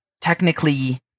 technically